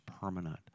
permanent